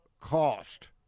cost